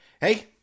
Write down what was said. hey